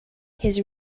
his